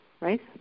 Right